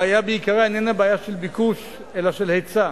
הבעיה בעיקרה איננה בעיה של ביקוש אלא של היצע,